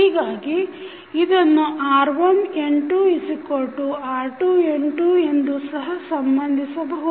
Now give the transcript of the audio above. ಹೀಗಾಗಿ ಇದನ್ನು r1N2r2N1 ಎಂದು ಸಹ ಸಂಬಂಧಿಸಬಹುದು